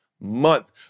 month